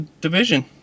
Division